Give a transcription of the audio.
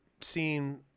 seen